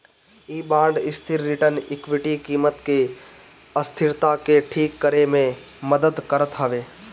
इ बांड स्थिर return equity कीमत के अस्थिरता के ठीक करे में मदद करत हवे